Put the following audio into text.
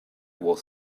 was